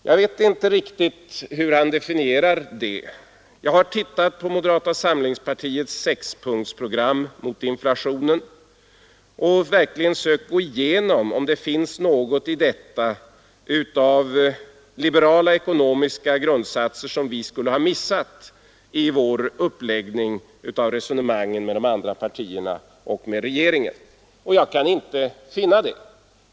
Jag vet inte riktigt hur herr Burenstam Linder definierar det. Jag har studerat moderata samlingspartiets sexpunktsprogram mot inflationen och verkligen sökt utröna om i detta finns något av liberala ekonomiska grundsatser som vi skulle ha missat i vår uppläggning av resonemangen med de andra partierna och med regeringen. Jag kan inte finna det.